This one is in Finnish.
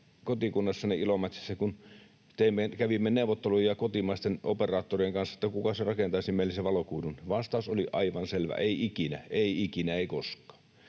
kotikunnassani Ilomantsissa, kun kävimme neuvotteluja kotimaisten operaattorien kanssa siitä, kuka rakentaisi meille sen valokuidun, vastaus oli aivan selvä: ei ikinä, ei ikinä,